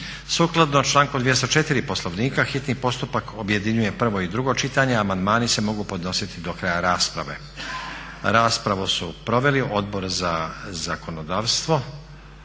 Sukladno članku 204. Poslovnika hitni postupak objedinjuje prvo i drugo čitanje, a amandmani se mogu podnositi do kraja rasprave. Raspravu su proveli Odbor za zakonodavstvo,